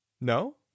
No